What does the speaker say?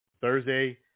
Thursday